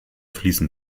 fließen